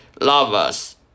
lovers